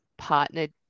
partnered